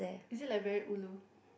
is it like very ulu